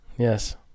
Yes